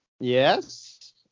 Yes